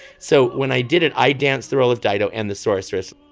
so when i did it i danced the role of dido and the sorceress.